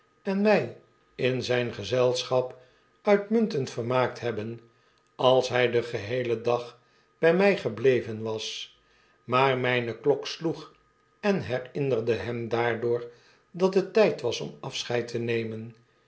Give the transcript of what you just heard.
en ray in zyn gezelschap uitmuntend vermaakt hebben als hy den geheelen dag by mi gebleven was maar myne klok sloeg en herinnerde hem daardoor dat het tijd was om afscheid te nemen